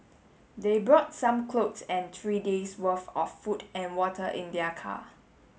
they brought some clothes and three days' worth of food and water in their car